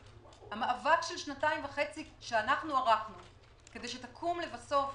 המאבק של שנתיים וחצי שאנחנו ערכנו כדי שתקום בסוף